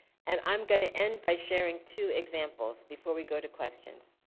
and i'm going to end by sharing two examples before we go to questions.